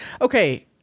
Okay